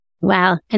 Wow